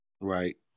Right